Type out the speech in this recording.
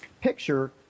picture